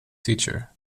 teacher